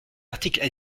articles